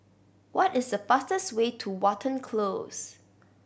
what is the fastest way to Watten Close